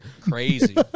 crazy